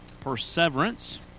Perseverance